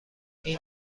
این